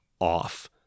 off